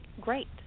great